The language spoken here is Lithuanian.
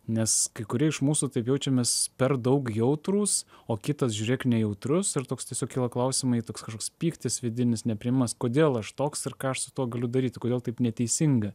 nes kai kurie iš mūsų taip jaučiamės per daug jautrūs o kitas žiūrėk nejautrus ir toks tiesiog kyla klausimai toks kažkoks pyktis vidinis nepriėmimas kodėl aš toks ir ką aš su tuo galiu daryti kodėl taip neteisinga